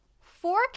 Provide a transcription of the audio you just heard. four